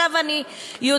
עכשיו אני יודעת,